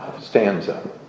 stanza